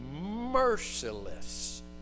merciless